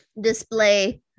display